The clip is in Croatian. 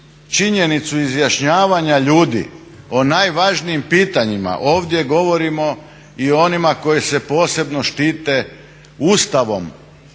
činjenicu izjašnjavanja ljudi o najvažnijim pitanjima ovdje govorimo i onima koji se posebno štite Ustavom,